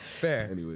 Fair